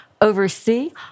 oversee